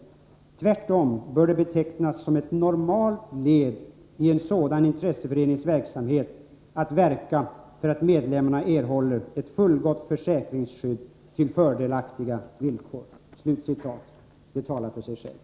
Tvärtom bör det betecknas som ett normalt led i en sådan intresseförenings verksamhet att verka för att medlemmarna erhåller ett fullgott försäkringsskydd till fördelaktiga villkor.” Detta talar för sig självt.